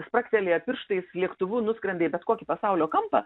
spragtelėję pirštais lėktuvu nuskrenda į bet kokį pasaulio kampą